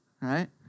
right